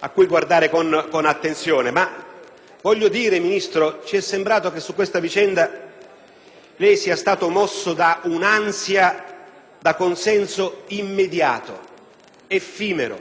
a cui guardare con attenzione. Ci è però sembrato, signor Ministro, che su questa vicenda lei sia stato mosso da un'ansia da consenso immediato, effimero,